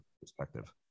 perspective